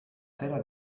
terra